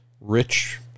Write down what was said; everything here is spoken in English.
rich